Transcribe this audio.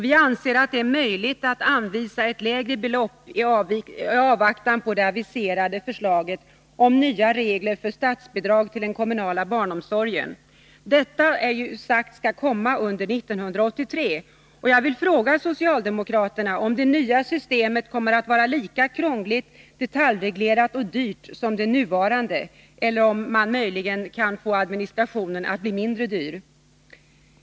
Vi anser att det är möjligt att anvisa ett lägre belopp i avvaktan på det aviserade förslaget om nya regler för statsbidrag till den kommunala barnomsorgen. Det har sagts att detta förslag skall komma under 1983, och jag vill fråga socialdemokraterna om det nya systemet kommer att vara lika krångligt, detaljreglerat och dyrt som det nuvarande eller om man möjligen kan få administrationen att bli mindre dyr.